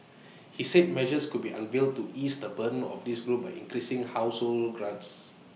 he said measures could be unveiled to ease the burden of this group by increasing grants